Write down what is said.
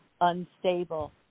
unstable